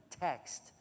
text